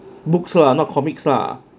books lah not comics lah